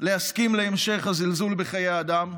להסכים להמשך הזלזול בחיי אדם,